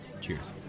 Cheers